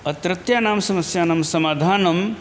अत्रत्यानां समस्यानां समाधानं